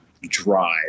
drive